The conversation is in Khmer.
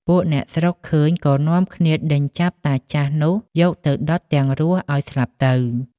ពួកអ្នកស្រុកឃើញ ក៏នាំគ្នាដេញចាប់តាចាស់នោះ យកទៅដុតទាំងរស់ឲ្យស្លាប់ទៅ ។